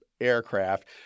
aircraft